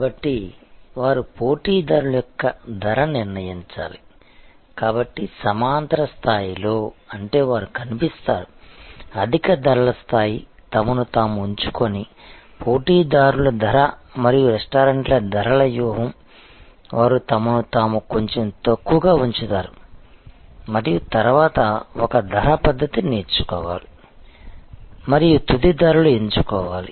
కాబట్టి వారు పోటీదారుల యొక్క ధర నిర్ణయించాలి కాబట్టి సమాంతర స్థాయిలో అంటే వారు కనిపిస్తారు అధిక ధరల స్థాయి తమను తాము ఉంచుకుని పోటీదారుల ధర మరియు రెస్టారెంట్ల ధరల వ్యూహం వారు తమను తాము కొంచెం తక్కువగా ఉంచుతారు మరియు తరువాత ఒక ధర పద్ధతి నేర్చుకోవాలి మరియు తుది ధరలు ఎంచుకోవాలి